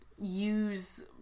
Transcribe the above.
use